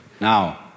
Now